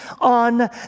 on